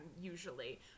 usually